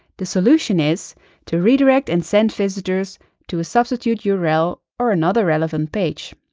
the solution is to redirect and send visitors to a substitute yeah url or another relevant page.